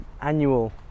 annual